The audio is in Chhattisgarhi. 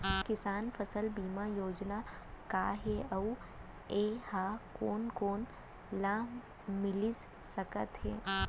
किसान फसल बीमा योजना का हे अऊ ए हा कोन कोन ला मिलिस सकत हे?